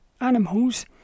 animals